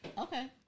Okay